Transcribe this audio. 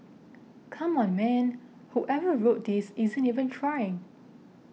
come on man whoever wrote this isn't even trying